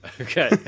Okay